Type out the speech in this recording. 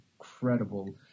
incredible